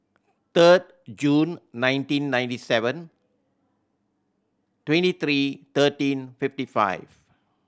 third June nineteen ninety seven twenty three thirteen fifty five